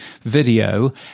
video